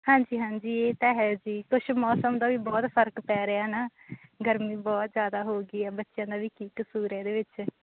ਹਾਂਜੀ ਹਾਂਜੀ ਇਹ ਤਾਂ ਹੈ ਜੀ ਕੁਛ ਮੌਸਮ ਦਾ ਵੀ ਬਹੁਤ ਫ਼ਰਕ ਪੈ ਰਿਹਾ ਨਾ ਗਰਮੀ ਬਹੁਤ ਜ਼ਿਆਦਾ ਹੋ ਗਈ ਹੈ ਬੱਚਿਆਂ ਦਾ ਵੀ ਕੀ ਕਸੂਰ ਇਹਦੇ ਵਿੱਚ